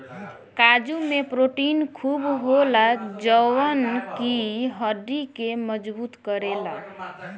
काजू में प्रोटीन खूब होला जवन की हड्डी के मजबूत करेला